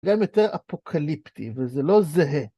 גם יותר אפוקליפטי, וזה לא זהה.